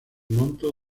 monto